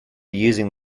using